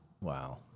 Wow